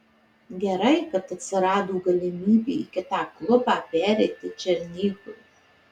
gerai kad atsirado galimybė į kitą klubą pereiti černychui